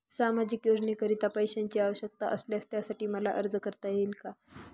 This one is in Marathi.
सामाजिक योजनेकरीता पैशांची आवश्यकता असल्यास त्यासाठी मला अर्ज करता येईल का?